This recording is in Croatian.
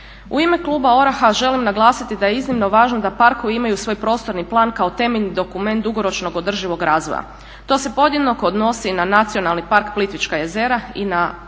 U ime kluba ORAH-a želim naglasiti da je iznimno važno da parkovi imaju svoj prostorni plan kao temeljni dokument dugoročnog održivog razvoja. To se podjednako odnosi na Nacionalni park Plitvička jezera i na prostorni